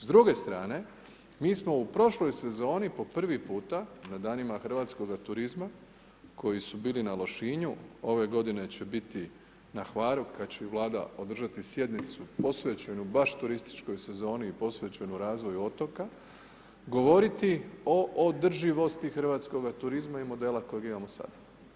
S druge strane mi smo u prošloj sezoni po prvi puta na danima hrvatskoga turizma koji su bili na Lošinju, ove godine će biti na Hvaru kad će Vlada održati sjednicu posvećenu baš turističkoj sezoni posvećenu razvoju otoka, govoriti o održivosti hrvatskoga turizma i modela kojeg imamo sada.